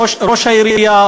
ראש העירייה,